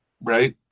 right